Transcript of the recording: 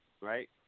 right